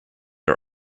are